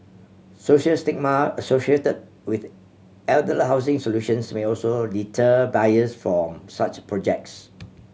social stigma associated with elder housing solutions may also deter buyers from such projects